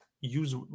use